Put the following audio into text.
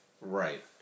right